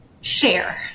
share